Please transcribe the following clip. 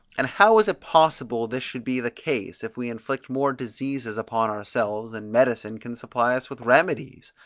and how is it possible this should be the case, if we inflict more diseases upon ourselves than medicine can supply us with remedies!